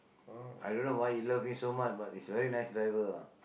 I don't know why he love me so much be he's very nice driver ah